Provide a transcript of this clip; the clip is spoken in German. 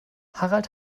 harald